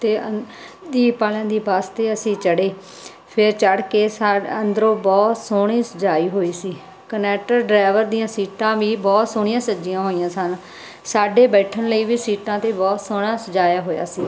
ਤੇ ਅਨ ਦੀਪ ਆਲਿਆਂ ਦੀ ਬੱਸ ਤੇ ਅਸੀਂ ਚੜ੍ਹੇ ਫੇਰ ਚੜ੍ਹ ਕੇ ਸਾਡ ਅੰਦਰੋਂ ਬਹੁਤ ਸੋਹਣੀ ਸਜਾਈ ਹੋਈ ਸੀ ਕਨੈਟਰ ਡਰੈਵਰ ਦੀਆਂ ਸੀਟਾਂ ਵੀ ਬਹੁਤ ਸੋਹਣੀਆਂ ਸੱਜੀਆਂ ਹੋਈਆਂ ਸਨ ਸਾਡੇ ਬੈਠਣ ਲਈ ਵੀ ਸੀਟਾਂ ਤੇ ਬਹੁਤ ਸੋਹਣਾ ਸਜਾਇਆ ਹੋਇਆ ਸੀ